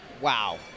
Wow